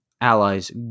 Allies